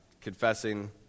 confessing